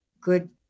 good